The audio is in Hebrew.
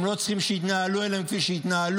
הם לא צריכים שיתנהלו אליהם כפי שהתנהלו.